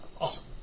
Awesome